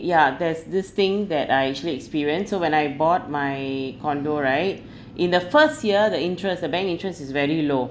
ya there's this thing that I actually experience so when I bought my condo right in the first year the interest the bank interest is very low